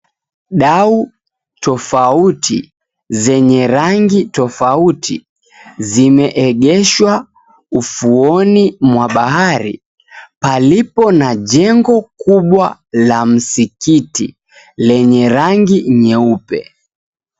Dau tofauti zenye rangi tofauti, zimeegeshwa ufuoni mwa bahari palipo na jengo kubwa la msikiti lenye rangi nyeupe.